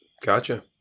Gotcha